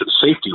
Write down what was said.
safety